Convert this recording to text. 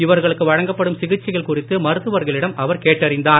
இவர்களுக்கு வழங்கப்படும் சிகிச்சைக்கள் குறித்து மருத்துவர்களிடம் அவர் கேட்டறிந்தார்